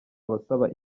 abasaba